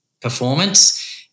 performance